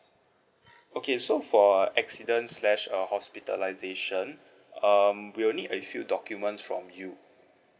okay so for a accident slash uh hospitalization um we will need a few documents from you